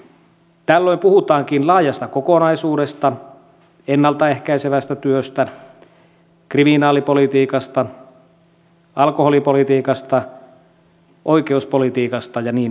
tällöin puhutaankin laajasta kokonaisuudesta ennalta ehkäisevästä työstä kriminaalipolitiikasta alkoholipolitiikasta oikeuspolitiikasta ja niin edelleen